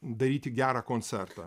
daryti gerą koncertą